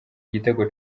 igitego